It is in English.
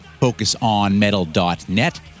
FocusOnMetal.net